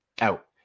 out